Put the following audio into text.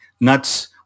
nuts